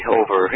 over